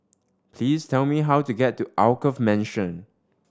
please tell me how to get to Alkaff Mansion